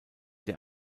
der